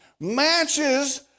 matches